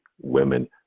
women